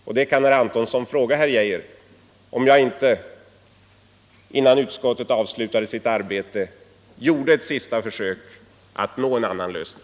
Och herr Antonsson kan ju fråga herr Geijer om jag inte innan utskottet avslutade sitt arbete gjorde ett sista försök att nå en annan lösning.